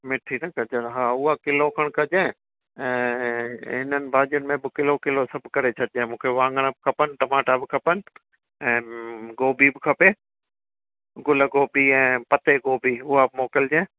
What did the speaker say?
मिठी न गजर हा उहा किलो खणु कजांइ ऐं इन्हनि भाॼियुन में बि किलो किलो सभु करे छॾिजांइ मूंखे वाङण बि खपनि टमाटा बि खपनि ऐं गोभी बि खपे गुल गोभी ऐं पते गोभी उहा बि मोकिलिजांइ